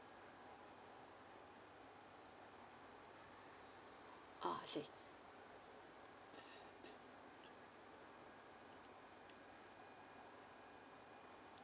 ah I see